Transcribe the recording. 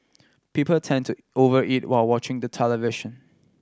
people tend to over eat while watching the television